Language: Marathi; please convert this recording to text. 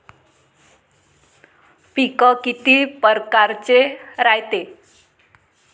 पिकं किती परकारचे रायते?